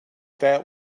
that